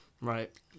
Right